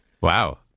Wow